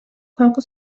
korku